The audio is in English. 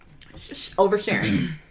oversharing